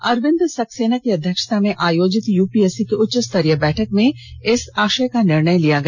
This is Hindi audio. अरविंद सक्सेना की अध्यक्षता में आयोजित यूपीएससी की उच्चस्तरीय बैठक में इस आषय का निर्णय लिया गया